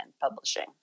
publishing